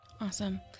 awesome